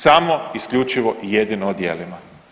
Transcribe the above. Samo isključivo i jedino o djelima.